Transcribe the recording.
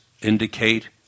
indicate